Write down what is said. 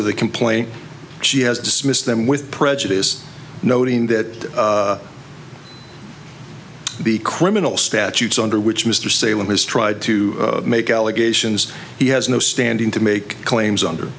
of the complaint she has dismissed them with prejudice noting that the criminal statutes under which mr salem has tried to make allegations he has no standing to make claims under